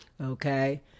okay